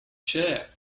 chair